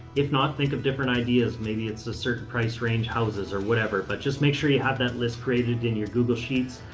if not, think of different ideas. maybe it's a certain price range, houses, houses, or whatever. but just make sure you have that list created in your google sheets.